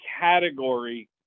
category